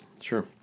Sure